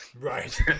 Right